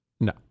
No